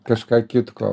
kažką kitko